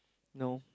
no